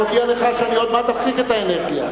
אני מודיע לך שאני עוד מעט אפסיק את האנרגיה.